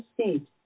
State